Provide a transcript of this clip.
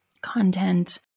content